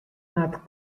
moat